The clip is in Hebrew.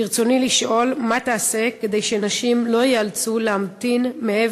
ברצוני לשאול: מה תעשה כדי שנשים לא ייאלצו להמתין מעבר